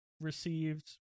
received